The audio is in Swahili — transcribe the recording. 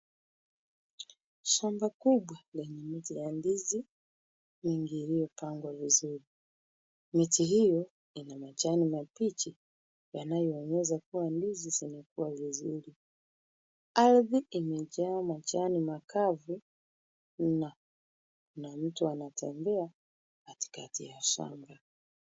Shamba kubwa lenye miche ya ndizi mingi iliyopangwa vizuri. Miche hiyo ina majani mabichi yanayoonyesha kuwa ndizi zimekua vizuri. Ardhi imejaa majani makavu na kuna mtu anatembea katikati ya shamba.